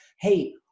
hey